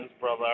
Brother